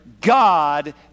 God